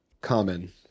common